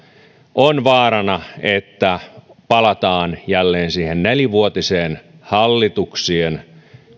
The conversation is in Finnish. on vaarana että palataan jälleen siihen nelivuotiseen hallituksien